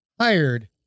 hired